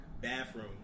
bathroom